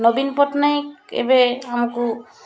ନବୀନ ପଟ୍ଟନାୟକ କେବେ ଆମକୁ